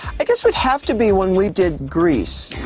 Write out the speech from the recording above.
i guess would have to be when we did grease.